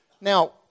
Now